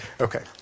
Okay